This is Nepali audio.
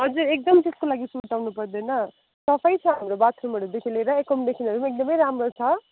हजुर एकदम त्यसको लागि सुर्ताउनु पर्दैन सफै छ हाम्रो बाथरुमहरूदेखि लिएर एकोमेडेसनहरू पनि एकदमै राम्रो छ